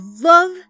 love